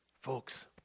Folks